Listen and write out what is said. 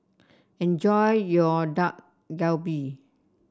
enjoy your Dak Galbi